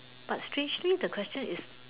but strangely the question is